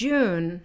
June